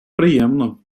приємно